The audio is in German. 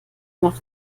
mach